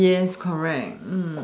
yes correct